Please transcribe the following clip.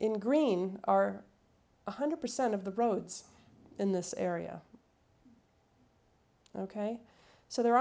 in green are one hundred percent of the roads in this area ok so there